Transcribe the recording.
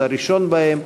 את הראשון בהם,